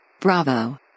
Bravo